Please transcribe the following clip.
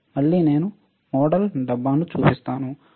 మళ్ళీ నేను మెటల్ డబ్బాను చూస్తున్నాను